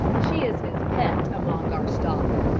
she is his pet among our stock.